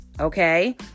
okay